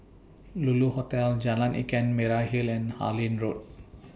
Lulu Hotel Jalan Ikan Merah Hill and Harlyn Road